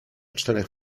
czterech